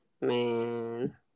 Man